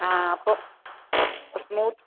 ആ അപ്പോൾ